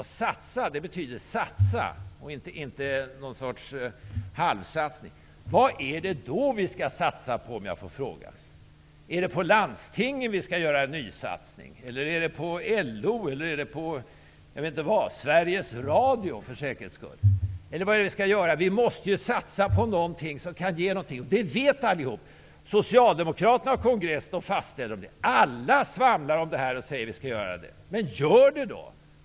Jag menar riktiga satsningar, inte halvdana. Skall vi göra en nysatsning på landstingen, LO, Sveriges Radio eller något annat? Vi måste ju satsa på något som kan ge någonting. Det vet alla. På Socialdemokraternas kongress fastställde man detta. Alla svamlar om detta och säger att det skall göras. Gör det då!